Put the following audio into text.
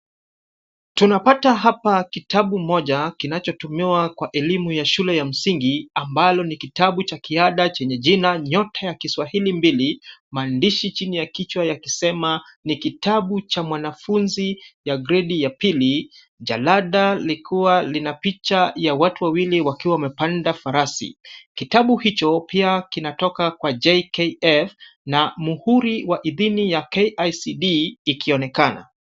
Tunapata hapa kitabu moja kinachotumiwa kwa elimu ya shule ya msingi ambalo ni kitabu cha kiada chenye jina Nyota ya Kiswahili mbili, maandishi chini ya kichwa yakisema ni kitabu cha mwanafunzi ya gredi ya pili, jalada likiwa lina picha ya watu wawili wakiwa wamepanda farasi. Kitabu hicho pia kinatoka kwa JKF na mhuri wa idhini ya KICD ikionekana.